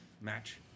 match